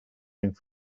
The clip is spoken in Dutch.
gingen